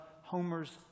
Homer's